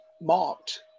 marked